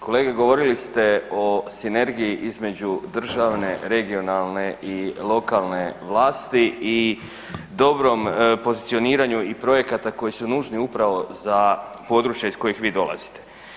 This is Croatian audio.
Kolege govorili ste o sinergiji između državne, regionalne i lokalne vlasti i dobrom pozicioniranju i projekata koji su nužni upravo za područja iz kojih vi dolazite.